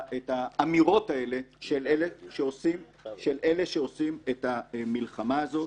האמירות האלה של אלה שעושים את המלחמה הזאת.